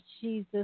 Jesus